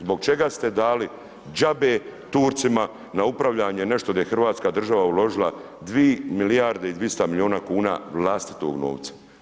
Zbog čega ste dali džabe Turcima na upravljanje nešto gdje je Hrvatska država uložila 2 milijarde i 200 milijuna kuna vlastitog novca.